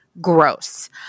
gross